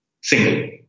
Single